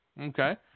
Okay